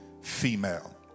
female